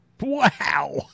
Wow